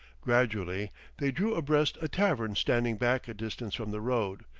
gradually they, drew abreast a tavern standing back a distance from the road,